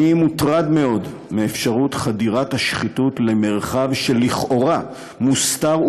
אני מוטרד מאוד מאפשרות חדירת השחיתות למרחב שלכאורה מוסתר,